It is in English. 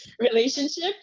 relationship